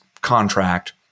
contract